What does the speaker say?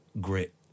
grit